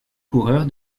coureur